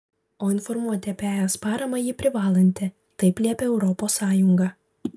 o informuoti apie es paramą ji privalanti taip liepia europos sąjunga